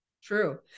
True